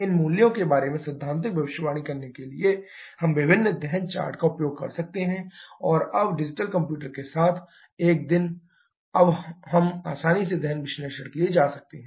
इन मूल्यों के बारे में सैद्धांतिक भविष्यवाणी करने के लिए हम विभिन्न दहन चार्ट का उपयोग कर सकते हैं और अब डिजिटल कंप्यूटर के साथ एक दिन हम आसानी से दहन विश्लेषण के लिए जा सकते हैं